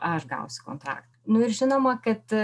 aš gausiu kontraktą nu ir žinoma kad